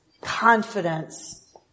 confidence